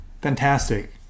Fantastic